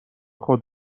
خود